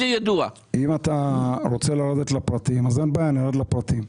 אם אתה רוצה לרדת לפרטים, אין בעיה, נרד לפרטים.